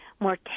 more